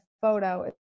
photo